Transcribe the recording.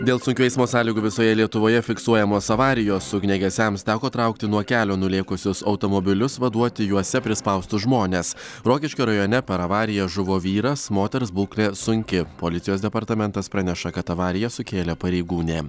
dėl sunkių eismo sąlygų visoje lietuvoje fiksuojamos avarijos ugniagesiams teko traukti nuo kelio nulėkusius automobilius vaduoti juose prispaustus žmones rokiškio rajone per avariją žuvo vyras moters būklė sunki policijos departamentas praneša kad avariją sukėlė pareigūnė